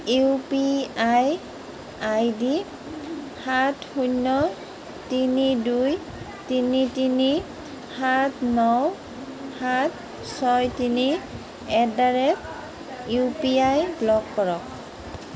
U P I I D সাত শূন্য তিনি দুই তিনি তিনি সাত ন সাত ছয় তিনি at the rate U P I block কৰক